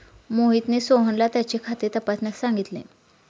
मोहितने सोहनला त्याचे खाते तपासण्यास सांगितले